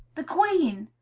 the queen!